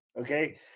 Okay